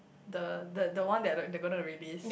the the the one that they're gonna release